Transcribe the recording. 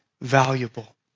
valuable